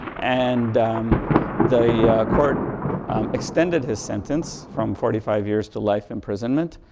and the court extended his sentence from forty five years to life imprisonment.